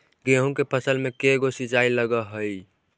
गेहूं के फसल मे के गो सिंचाई लग हय?